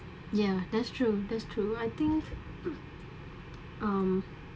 ya that's true that's true I think um